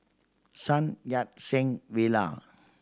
Sun Yat Sen Villa